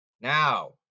Now